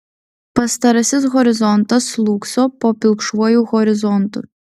pastarasis horizontas slūgso po pilkšvuoju horizontu